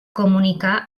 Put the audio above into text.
comunicar